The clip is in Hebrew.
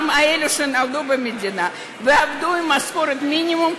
גם אלה שנולדו במדינה ועבדו במשכורת מינימום,